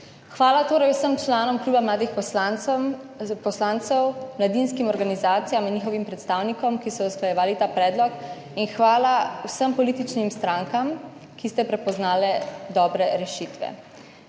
Hvala torej vsem članom Kluba mladih poslancev, mladinskim organizacijam in njihovim predstavnikom, ki so usklajevali ta predlog, in hvala vsem političnim strankam, ki ste prepoznali dobre rešitve.